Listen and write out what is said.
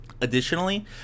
Additionally